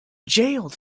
jailed